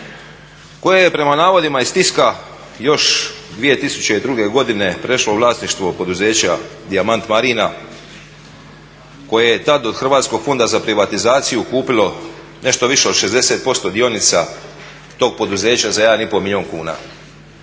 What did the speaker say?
koje je prema navodima iz Tiska još 2002. godine prešlo u vlasništvo poduzeća Dijamant marina koje je tad od Hrvatskog fonda za privatizaciju kupilo nešto više od 60% dionica tog poduzeća za jedan i pol milijun kuna